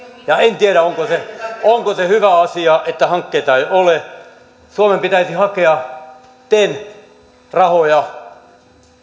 ja en tiedä onko se hyvä asia että hankkeita ei ole suomen pitäisi hakea ten t rahoja